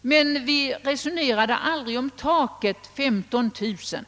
Men vi resonerade aldrig om taket 15 000 kronor.